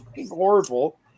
horrible